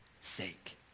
sake